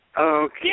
Okay